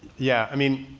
yeah. i mean,